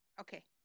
Okay